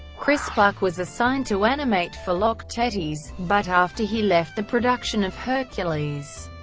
chris buck was assigned to animate philoctetes, but after he left the production of hercules,